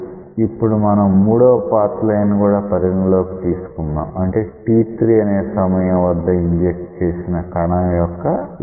ఇప్పుడు మనం మూడవ పాత్ లైన్ ని కూడా పరిగణనలోకి తీసుకుందాం అంటే t3 అనే సమయం వద్ద ఇంజెక్ట్ చేసిన కణం యొక్క లోకస్